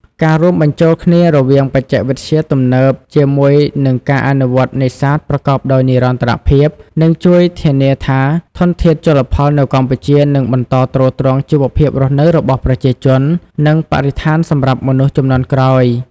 ការរួមបញ្ចូលគ្នារវាងបច្ចេកវិទ្យាទំនើបជាមួយនឹងការអនុវត្តន៍នេសាទប្រកបដោយនិរន្តរភាព នឹងជួយធានាថាធនធានជលផលនៅកម្ពុជានឹងបន្តទ្រទ្រង់ជីវភាពរស់នៅរបស់ប្រជាជន និងបរិស្ថានសម្រាប់មនុស្សជំនាន់ក្រោយ។